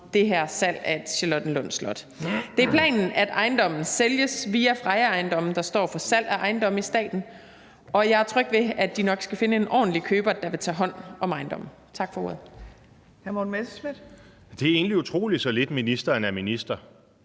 det her salg af Charlottenlund Slot. Det er planen, at ejendommen sælges via Freja Ejendomme, der står for salg af ejendomme i staten, og jeg er tryg ved, at de nok skal finde en ordentlig køber, der vil tage hånd om ejendommen. Tak for ordet.